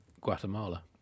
Guatemala